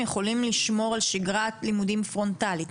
יכולים ללמוד על שגרת לימודים פרונטאלית,